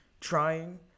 trying